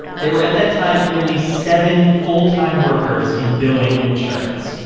there were, at that time, nearly seven full-time workers in billing and insurance,